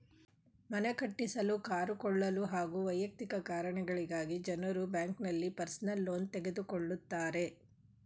ಮನೆ ಕಟ್ಟಿಸಲು ಕಾರು ಕೊಳ್ಳಲು ಹಾಗೂ ವೈಯಕ್ತಿಕ ಕಾರಣಗಳಿಗಾಗಿ ಜನರು ಬ್ಯಾಂಕ್ನಲ್ಲಿ ಪರ್ಸನಲ್ ಲೋನ್ ತೆಗೆದುಕೊಳ್ಳುತ್ತಾರೆ